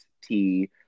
tea